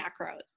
macros